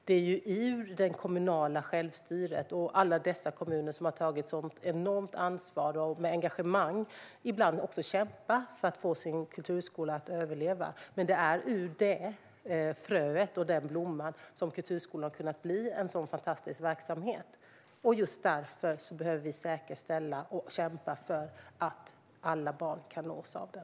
Det är ju ur det kommunala självstyret och ur alla dessa kommuner som har tagit ett sådant enormt ansvar och ibland också med engagemang kämpat för att få sin kulturskola att överleva, det är ur det fröet som kulturskolan kunnat blomma och bli en sådan fantastisk verksamhet. Just därför behöver vi kämpa för och säkerställa att alla barn kan nås av den.